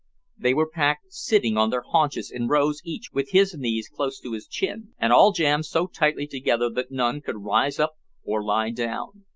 they were packed sitting on their haunches in rows each with his knees close to his chin, and all jammed so tightly together that none could rise up or lie down.